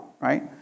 Right